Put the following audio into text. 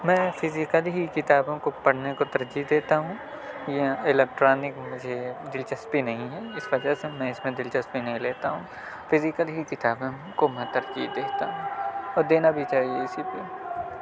میں فیزیکل ہی کتابوں کو پڑھنے کو ترجیح دیتا ہوں یا الیکٹرانک مجھے دلچسپی نہیں ہے اس وجہ سے میں اس میں دلچسپی نہیں لیتا ہوں فیزیکل ہی کتابوں کو میں ترتیب دیکھتا ہوں اور دینا بھی چاہیے اسی کو